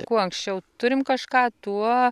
kuo anksčiau turim kažką tuo